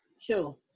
Sure